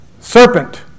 Serpent